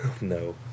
No